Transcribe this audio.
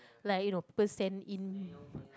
like you know people send in